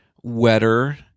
wetter